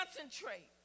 concentrate